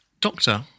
Doctor